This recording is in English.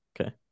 Okay